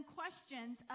questions